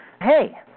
Hey